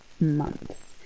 months